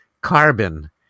carbon